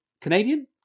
Canadian